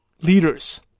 Leaders